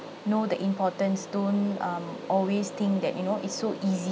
know the importance don't um always think that you know it's so easy